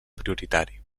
prioritari